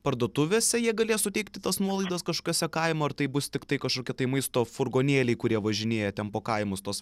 parduotuvėse jie galės suteikti tas nuolaidas kažkokiose kaimo ar taip bus tiktai kažkokie tai maisto furgonėliai kurie važinėja ten po kaimus tos